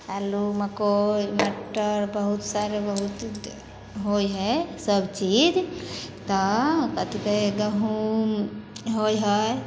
आलू मकइ मटर बहुत सारा बहुत होइ हइ सबचीज तऽ कथी कहै हइ गहूम होइ हइ